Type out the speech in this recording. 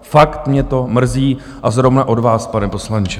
Fakt mě to mrzí, a zrovna od vás, pane poslanče.